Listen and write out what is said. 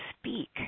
speak